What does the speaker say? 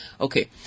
Okay